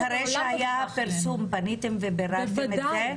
אחרי שהיה הפרסום פניתם וביררתם את זה?